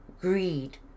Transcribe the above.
greed